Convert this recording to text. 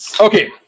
okay